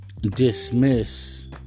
Dismiss